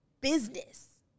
Business